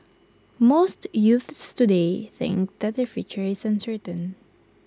most youths today think that their future is uncertain